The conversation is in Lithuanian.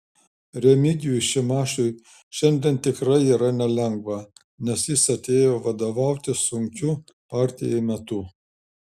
remigijui šimašiui šiandien tikrai yra nelengva nes jis atėjo vadovauti sunkiu partijai metu